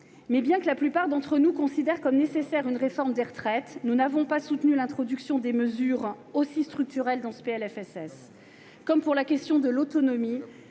Bien que la plupart d'entre nous considèrent comme nécessaire une réforme des retraites, nous n'avons pas soutenu l'introduction de mesures structurelles dans ce PLFSS. Comme pour la question de l'autonomie,